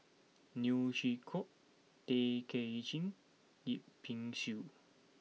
Neo Chwee Kok Tay Kay Chin Yip Pin Xiu